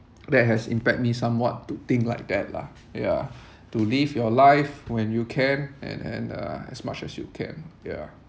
that has impact me somewhat to think like that lah ya to live your life when you can and and uh as much as you can yeah